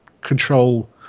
control